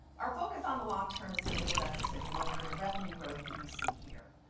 our focus on the long term has enabled us to deliver the revenue growth that you see here.